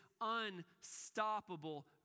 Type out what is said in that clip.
unstoppable